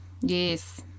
yes